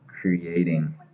creating